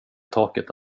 taket